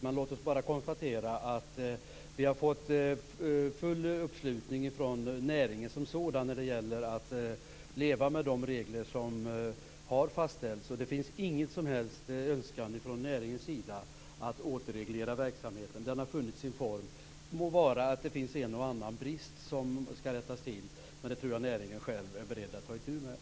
Men låt oss konstatera att vi har fått full uppslutning från näringen som sådan när det gäller att leva med de regler som har fastställts. Det finns ingen som helst önskan från näringens sida om att åter reglera verksamheten. Den har funnit sin form, må vara att det finns en och annan brist som skall rättas till. Men det tror jag näringen själv är beredd att ta itu med.